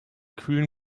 kühlen